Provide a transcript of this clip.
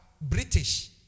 British